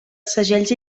segells